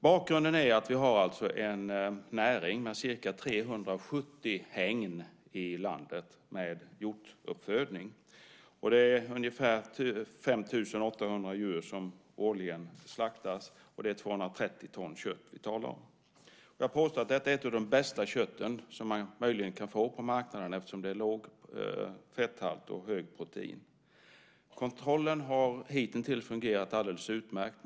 Bakgrunden är att vi har en näring med hjortuppfödning med ca 370 hägn i landet. Det är ungefär 5 800 djur som årligen slaktas. Vi talar om 230 ton kött. Jag påstår att detta är en av de bästa köttsorterna vi möjligen kan få på marknaden eftersom det har låg fetthalt och hög proteinhalt. Kontrollen har hitintills varit alldeles utmärkt.